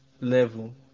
level